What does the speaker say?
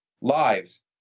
lives